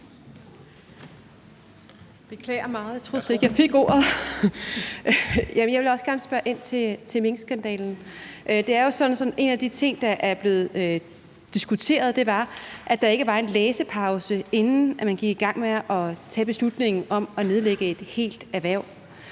jeg fik ordet. Jamen jeg vil også gerne spørge ind til minkskandalen. Det er jo sådan, at en af de ting, der er blevet diskuteret, er, at der ikke var en læsepause, inden man gik i gang med at tage beslutningen om at nedlægge et helt erhverv.